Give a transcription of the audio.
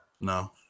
No